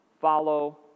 follow